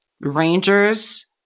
rangers